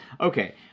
Okay